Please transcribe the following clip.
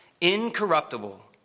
incorruptible